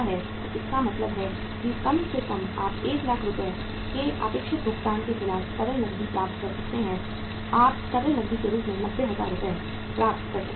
तो इसका मतलब है कि कम से कम आप 1 लाख रुपये के अपेक्षित भुगतान के खिलाफ तरल नकदी प्राप्त कर सकते हैं आप तरल नकदी के रूप में 90000 रुपये प्राप्त कर सकते हैं